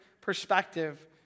perspective